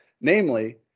namely